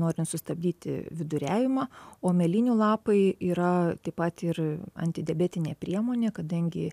norint sustabdyti viduriavimą o mėlynių lapai yra taip pat ir antidiabetinė priemonė kadangi